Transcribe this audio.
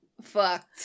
fucked